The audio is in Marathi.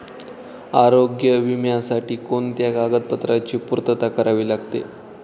आरोग्य विम्यासाठी कोणत्या कागदपत्रांची पूर्तता करावी लागते?